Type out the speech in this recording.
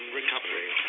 recovery